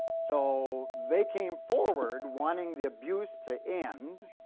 so, they came forward wanting the abuse to end.